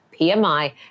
PMI